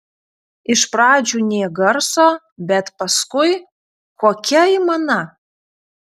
iš pradžių nė garso bet paskui kokia aimana